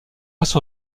face